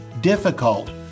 difficult